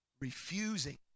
refusing